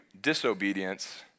disobedience